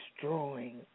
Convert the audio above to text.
destroying